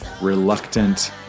reluctant